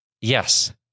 Yes